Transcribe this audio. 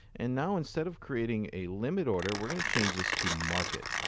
and now instead of creating a limit order, we're going to change this to market.